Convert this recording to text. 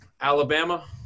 Alabama